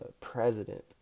President